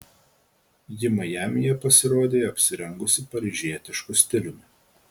ji majamyje pasirodė apsirengusi paryžietišku stiliumi